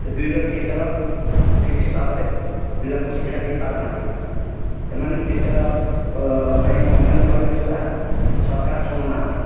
ସେ ଦୁଇ ଜଣ ଟିଚର୍ ଠିକ୍ସେ ଭାବରେ ପିଲାଙ୍କୁ ଶିକ୍ଷା ଦେଇପାରୁନାହାନ୍ତି ସେମାନେ ଟିଚର୍ ପାଇଁ କମ୍ପ୍ଲେନ୍ କଲେ ବି ସୁଦ୍ଧା ସରକାର ଶୁଣୁନାହାନ୍ତି